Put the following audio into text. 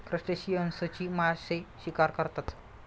क्रस्टेशियन्सची मासे शिकार करतात